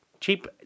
Cheap